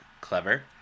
clever